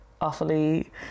awfully